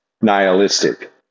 nihilistic